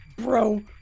Bro